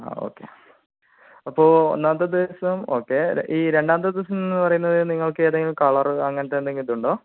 ആ ഓക്കേ അപ്പോൾ ഒന്നാമത്തെ ദിവസം ഓക്കെ ഈ രണ്ടാമത്തെ ദിവസമെന്ന് പറയുന്നത് നിങ്ങൾക്ക് ഏതെങ്കിലും കളർ അങ്ങനത്തെയെന്തെങ്കിലും ഇതുണ്ടോ